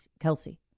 Kelsey